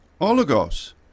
Oligos